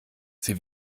sie